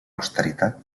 austeritat